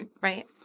Right